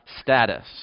status